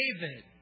David